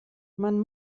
man